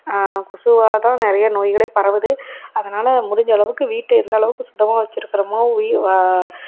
கொசுவால் தான் நிறையா நோய்களே பரவுது அதனால் முடிஞ்சளவுக்கு வீட்டை எந்தளவுக்கு சுத்தமாக வச்சிருக்கிறோமோ உயி வ